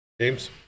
James